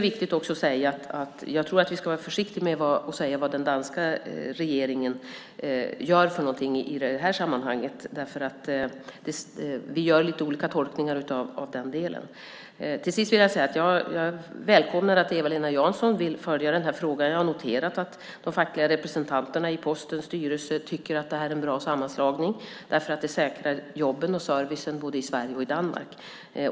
Vi ska vara försiktiga med att säga vad den danska regeringen ska göra i det här sammanhanget. Vi gör lite olika tolkningar. Jag välkomnar att Eva-Lena Jansson vill följa frågan. Jag har noterat att de fackliga representanterna i Postens styrelse tycker att det är en bra sammanslagning eftersom det säkrar jobben och servicen både i Sverige och i Danmark.